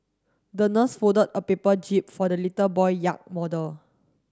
the nurse folded a paper jib for the little boy yacht model